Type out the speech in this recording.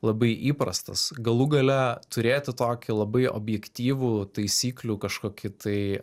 labai įprastas galų gale turėti tokį labai objektyvų taisyklių kažkokį tai